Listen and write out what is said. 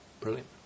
Brilliant